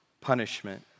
punishment